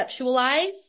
conceptualize